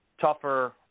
tougher